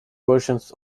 versions